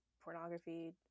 pornography